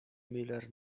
müller